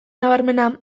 nabarmena